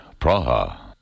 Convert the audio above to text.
Praha